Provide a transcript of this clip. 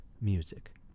music